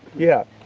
yeah,